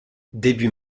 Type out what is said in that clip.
début